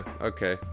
okay